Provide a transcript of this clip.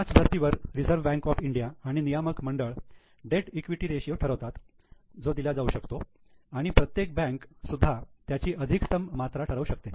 याच धर्तीवर reserve bank of India आणि नियामक मंडळ डेट ईक्विटी रेशियो ठरवतात जो दिल्या जाऊ शकतो आणि प्रत्येक बँक सुद्धा त्याची अधिकतम मात्रा ठरवू शकते